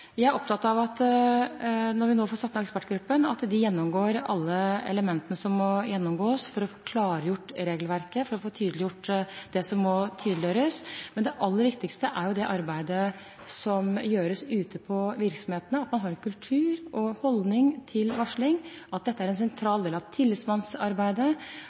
Vi er opptatt av, når vi nå får satt ned ekspertgruppen, at den skal gjennomgå alle elementene som må gjennomgås for å få klargjort regelverket, for å få tydeliggjort det som må tydeliggjøres. Men det aller viktigste er det arbeidet som gjøres ute i virksomhetene – at man har en kultur for og holdning til at varsling er en sentral del av tillitsvalgtarbeidet, at tillitsvalgte er